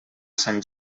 sant